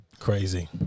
Crazy